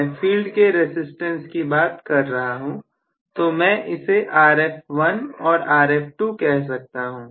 मैं फील्ड के रसिस्टेंस की बात कर रहा हूं तो मैं इसे R1f और R2f कह सकता हूं